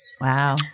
Wow